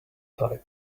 type